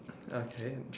okay